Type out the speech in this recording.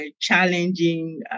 challenging